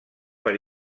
per